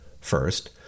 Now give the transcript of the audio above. First